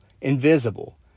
Invisible